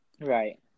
right